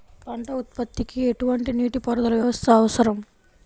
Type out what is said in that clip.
పంట ఉత్పత్తికి ఎటువంటి నీటిపారుదల వ్యవస్థ అవసరం?